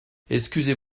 excusez